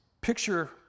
picture